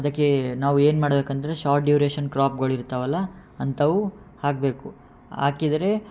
ಅದಕ್ಕೆ ನಾವು ಏನು ಮಾಡಬೇಕಂದ್ರೆ ಶಾರ್ಟ್ ಡ್ಯೂರೇಷನ್ ಕ್ರಾಪ್ಗಳು ಇರ್ತವಲ್ಲ ಅಂಥವು ಹಾಕಬೇಕು ಹಾಕಿದರೆ